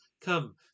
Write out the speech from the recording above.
Come